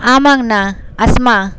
ஆமாங்கண்ணா அஸ்மா